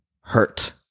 hurt